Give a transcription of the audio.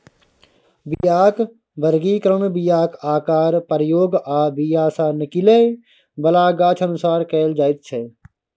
बीयाक बर्गीकरण बीयाक आकार, प्रयोग आ बीया सँ निकलै बला गाछ अनुसार कएल जाइत छै